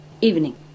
Evening